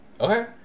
Okay